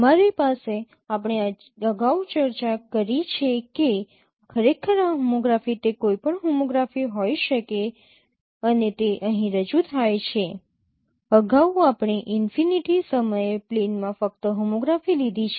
અમારી પાસે અગાઉ આપણે ચર્ચા કરી છે કે ખરેખર આ હોમોગ્રાફી તે કોઈપણ હોમોગ્રાફી હોઈ શકે છે અને તે અહીં રજૂ થાય છે અગાઉ આપણે ઈનફિનિટી સમયે પ્લેનમાં ફક્ત હોમોગ્રાફી લીધી છે